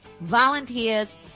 Volunteers